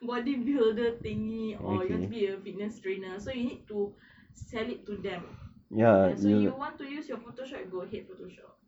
body builder thingy or you want to be a fitness trainer so you need to sell it to them so you want to use your photoshop go ahead photoshop